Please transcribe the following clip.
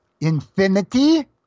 infinity